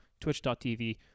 twitch.tv